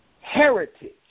heritage